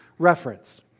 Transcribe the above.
reference